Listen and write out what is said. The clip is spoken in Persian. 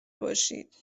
باشید